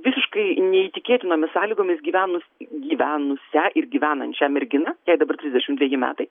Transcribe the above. visiškai neįtikėtinomis sąlygomis gyvenus gyvenusią ir gyvenančią merginą jai dabar trisdešimt dveji metai